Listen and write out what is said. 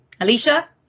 Alicia